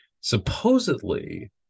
Supposedly